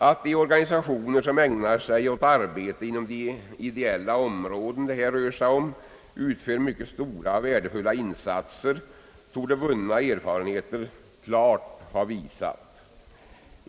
Att de organisationer, som ägnar sig åt arbete inom de ideella områden det här rör sig om, utför mycket stora och värdefulla insatser torde vunna erfarenheter klart ha visat.